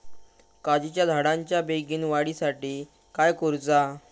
काजीच्या झाडाच्या बेगीन वाढी साठी काय करूचा?